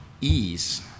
ease